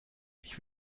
ich